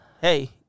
hey